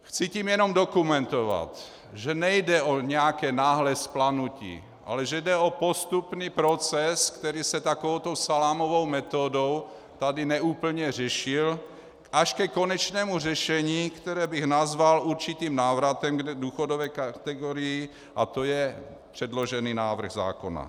Chci tím jenom dokumentovat, že nejde o nějaké náhlé vzplanutí, ale že jde o postupný proces, který se takovouto salámovou metodou tady neúplně řešil, až ke konečnému řešení, které bych nazval určitým návratem k důchodové kategorii, a to je předložený návrh zákona.